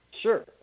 sure